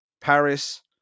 Paris